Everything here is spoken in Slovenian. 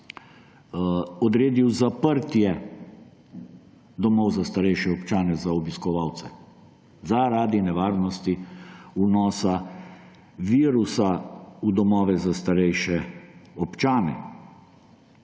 odredil zaprtje domov za starejše občane za obiskovalce zaradi nevarnosti vnosa virusa v domove za starejše občane.